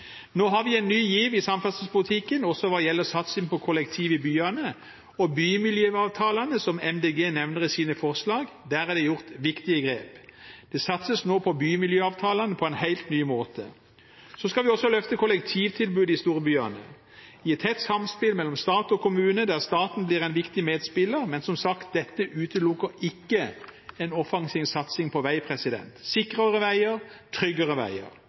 Nå har vi en ny giv i samferdselspolitikken, også hva gjelder satsing på kollektiv i byene, og når det gjelder bymiljøavtalene, som Miljøpartiet De Grønne nevner i sine forslag, er det gjort viktige grep. Det satses nå på bymiljøavtalene på en helt ny måte. Så skal vi løfte kollektivtilbudet i storbyene, i tett samspill mellom stat og kommune der staten blir en viktig medspiller. Men som sagt, dette utelukker ikke en offensiv satsing på vei – sikrere veier, tryggere veier.